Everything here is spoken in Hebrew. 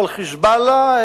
אבל "חיזבאללה",